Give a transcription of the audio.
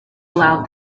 aloud